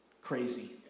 Crazy